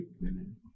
women